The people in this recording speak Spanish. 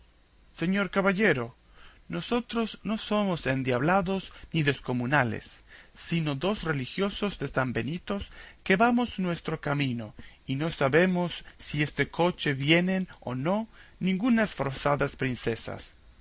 señor caballero nosotros no somos endiablados ni descomunales sino dos religiosos de san benito que vamos nuestro camino y no sabemos si en este coche vienen o no ningunas forzadas princesas